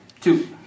Two